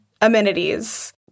amenities